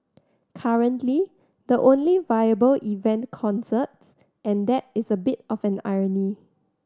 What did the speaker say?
currently the only viable event concerts and that is a bit of an irony